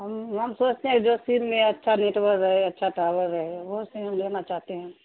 ہم ہم سوچتے ہیں کہ جو سیم میں اچھا نیٹورک رہے اچھا ٹاور ہےے وہ سیم ہم لینا چاہتے ہیں